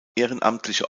ehrenamtliche